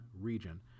region